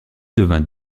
devient